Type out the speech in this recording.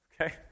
okay